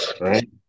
right